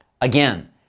Again